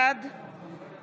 בעד